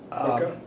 Okay